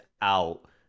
out